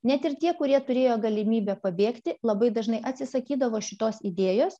net ir tie kurie turėjo galimybę pabėgti labai dažnai atsisakydavo šitos idėjos